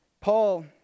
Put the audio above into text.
Paul